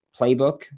playbook